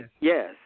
yes